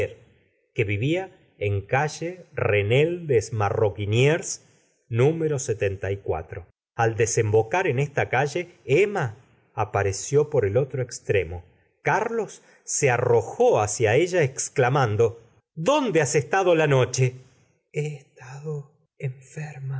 que vivía calle des mar rognier número al desembocar en esta calle emma apareció por el otro extremo carlos se arrojó hacia ella exclamando dónde has pasado la no che he estado enferma